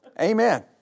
Amen